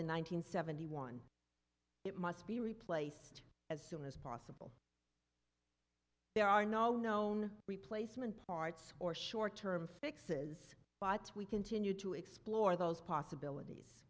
hundred seventy one it must be replaced as soon as possible there are no known replacement parts or short term fixes bites we continue to explore those possibilities